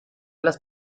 las